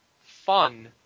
fun